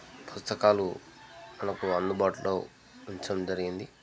పుస్తకాలు మనకు అందుబాటులో ఉంచడం జరిగింది